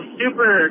super